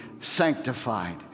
sanctified